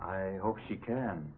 i hope she can